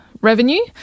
revenue